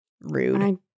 Rude